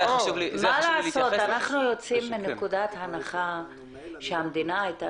אנחנו יוצאים מנקודת הנחה שהמדינה הייתה